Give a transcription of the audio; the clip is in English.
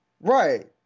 Right